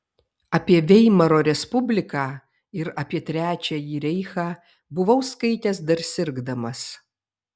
apie veimaro respubliką ir apie trečiąjį reichą buvau skaitęs dar sirgdamas